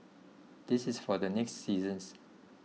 this is for the next seasons